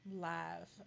live